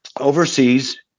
overseas